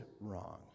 wrong